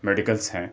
medicals ہیں